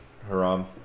Haram